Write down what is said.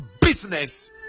business